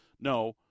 no